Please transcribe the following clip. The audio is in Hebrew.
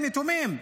יתומים.